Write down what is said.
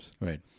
Right